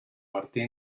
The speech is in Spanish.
martín